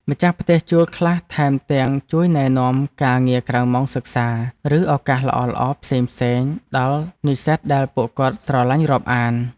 ម្ចាស់ផ្ទះជួលខ្លះថែមទាំងជួយណែនាំការងារក្រៅម៉ោងសិក្សា ឬឱកាសល្អៗផ្សេងៗដល់និស្សិតដែលពួកគាត់ស្រឡាញ់រាប់អាន។